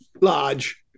large